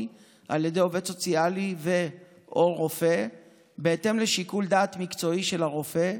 על ידי עובד סוציאלי ו/או רופא בהתאם לשיקול דעת מקצועי של הרופא,